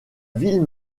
ville